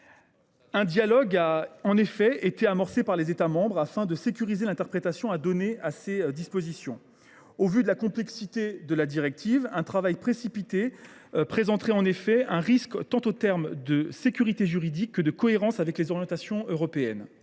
Un dialogue a été amorcé par les États membres, afin de sécuriser l’interprétation à donner à ses dispositions. Au vu de la complexité de la directive, un travail précipité présenterait un risque en matière tant de sécurité juridique que de cohérence avec les orientations européennes.